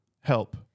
help